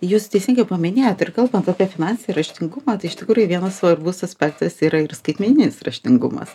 jūs teisingai paminėjot ir kalbant apie finansį raštingumą tai iš tikrųjų vienas svarbus aspektas yra ir skaitmeninis raštingumas